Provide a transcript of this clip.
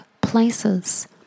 places